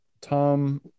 Tom